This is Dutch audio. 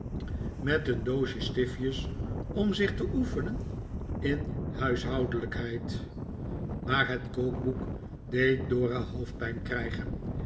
met een doosje stiftjes om zich te oefenen in huishoudelijkheid maar het kookboek deed dora hoofdpijn krijgen